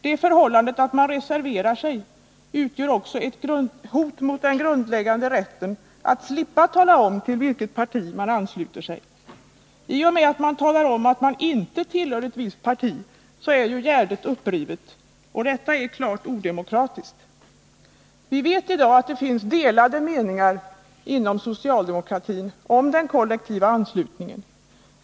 Det förhållandet att man reserverar sig utgör också ett hot mot den grundläggande rätten att slippa tala om till vilket parti man ansluter sig. I och med att man talar om, att man inte tillhör ett visst parti, är ju gärdet upprivet. Detta är klart odemokratiskt. Vi vet i dag att det finns delade meningar inom socialdemokratin om den kollektiva anslutningen.